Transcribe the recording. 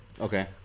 Okay